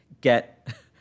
get